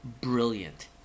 brilliant